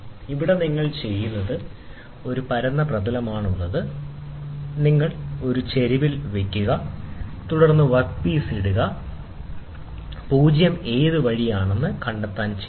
ഇവിടെ നിങ്ങൾ ചെയ്യുന്നത് നിങ്ങൾ ഒരു പരന്ന പ്രതലമാണ് ഇപ്പോൾ നിങ്ങൾ ഇത് ഒരു ചെരിവിൽ വയ്ക്കുക തുടർന്ന് വർക്ക് പീസ് ഇവിടെ ഇടുക 0 ഏത് വഴിയാണെന്ന് കണ്ടെത്താൻ ഡയൽ ചെയ്യുക